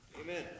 Amen